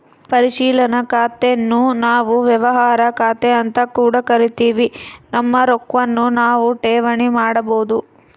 ಪರಿಶೀಲನಾ ಖಾತೆನ್ನು ನಾವು ವ್ಯವಹಾರ ಖಾತೆಅಂತ ಕೂಡ ಕರಿತಿವಿ, ನಮ್ಮ ರೊಕ್ವನ್ನು ನಾವು ಠೇವಣಿ ಮಾಡಬೋದು